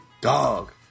Dog